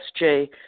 SJ